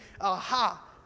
aha